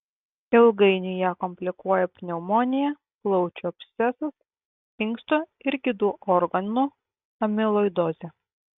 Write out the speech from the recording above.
ilgainiui ją komplikuoja pneumonija plaučių abscesas inkstų ir kitų organu amiloidozė